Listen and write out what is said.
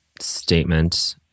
statement